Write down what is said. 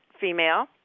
female